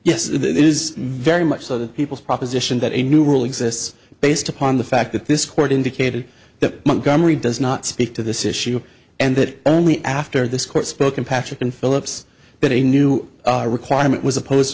yes it is very much so that people proposition that a new rule exists based upon the fact that this court indicated that montgomery does not speak to this issue and that only after this court spoken patrick and philip's but a new requirement was opposed